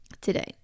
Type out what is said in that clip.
today